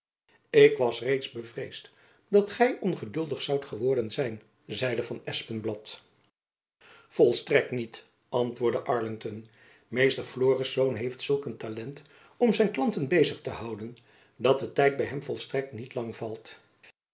ik was reeds bevreesd dat gy ongeduldig zoudt geworden zijn zeide van espenblad volstrekt niet antwoordde arlington meester florisz heeft zulk een talent om zijn klanten bezig te houden dat de tijd by hem volstrekt niet lang valt